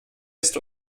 ist